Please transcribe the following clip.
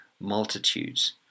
multitudes